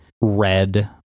red